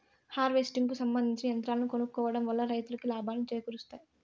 harvesting కు సంబందించిన యంత్రాలను కొనుక్కోవడం వల్ల రైతులకు లాభాలను చేకూరుస్తాయి